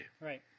Right